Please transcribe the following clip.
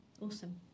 awesome